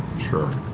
sure.